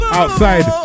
outside